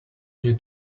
new